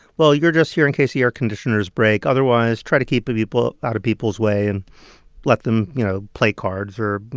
well, you're just here in case the air conditioners break. otherwise, try to keep ah out of people's way, and let them, you know, play cards or,